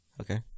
Okay